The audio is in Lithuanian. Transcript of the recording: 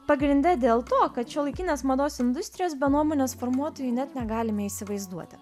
pagrinde dėl to kad šiuolaikinės mados industrijos be nuomonės formuotojų net negalime įsivaizduoti